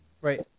Right